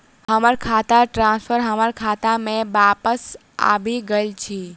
हमर fund transfer हमर खाता मे बापस आबि गइल अछि